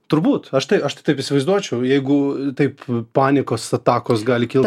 turbūt aš tai aš tai taip įsivaizduočiau jeigu taip panikos atakos gali kilt